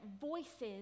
voices